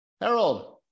Harold